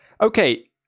Okay